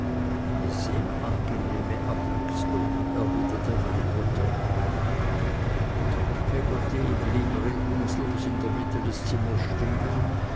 eine sehr angenehme abwechslung erwiderte meine mutter peggotty blieb regungslos in der mitte des zimmers stehen